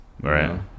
right